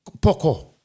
poco